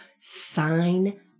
sign